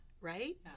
right